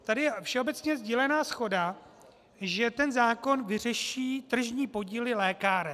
Tady je všeobecně sdílená shoda, že zákon vyřeší tržní podíly lékáren.